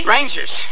Rangers